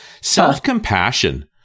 Self-compassion